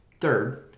Third